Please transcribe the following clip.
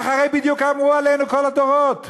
הרי כך בדיוק אמרו עלינו, כל הדורות.